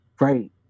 right